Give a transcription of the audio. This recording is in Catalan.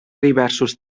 diversos